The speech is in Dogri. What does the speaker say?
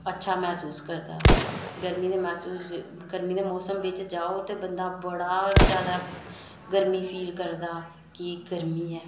अच्छा मसूस करदा गर्मी दे मौसम बिच ते गर्मी दे मौसम बिच जाओ ते बंदा बड़ा गै गर्मी फील करदा कि गर्मी ऐ